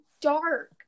dark